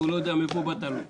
הוא לא יודע מאיפה באת אליו...